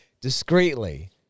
discreetly